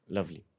Lovely